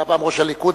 שהיה פעם ראש הליכוד,